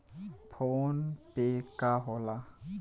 PhonePe का होला?